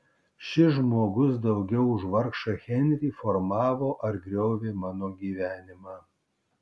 šis žmogus daugiau už vargšą henrį formavo ar griovė mano gyvenimą